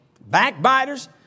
backbiters